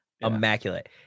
Immaculate